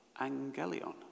Angelion